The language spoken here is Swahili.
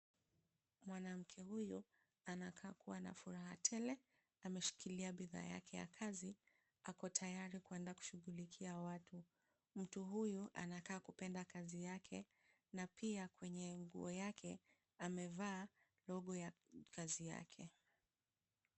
Mwanamke huyu anakaa kuwa na furaha tele, ameshikilia bidhaa yake ya kazi ako tayari kuenda kushughulikia watu. Mtu huyu anakaa kupenda kazi yake na pia kwenye nguo yake amevaa logo ya kazi yake.